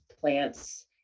plants